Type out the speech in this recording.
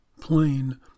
plain